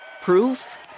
Proof